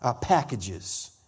packages